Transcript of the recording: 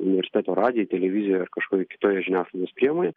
universiteto radijuj televizijoj ar kažkokioj kitoje žiniasklaidos priemonėj